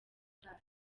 kabgayi